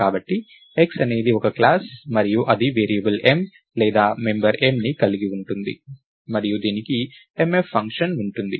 కాబట్టి X అనేది ఒక క్లాస్ మరియు ఇది వేరియబుల్ m లేదా మెంబర్ mని కలిగి ఉంటుంది మరియు దీనికి mf ఫంక్షన్ ఉంటుంది